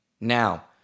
now